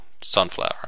sunflower